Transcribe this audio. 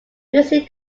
music